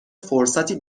فرصتی